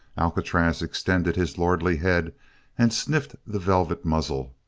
alcatraz extended his lordly head and sniffed the velvet muzzle,